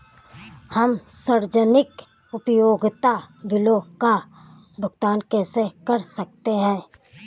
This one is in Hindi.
हम सार्वजनिक उपयोगिता बिलों का भुगतान कैसे कर सकते हैं?